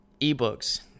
eBooks